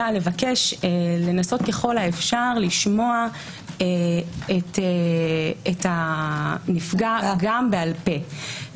לבקש לנסות ככל האפשר לשמוע את הנפגע גם בעל פה.